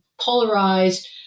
polarized